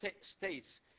states